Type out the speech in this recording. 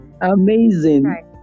Amazing